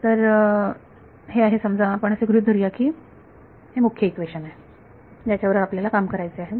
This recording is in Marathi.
तर हे आहे समजा आपण असे गृहीत धरू या की हे मुख्य इक्वेशन आहे ज्याच्या बरोबर आपल्याला काम करायचे आहे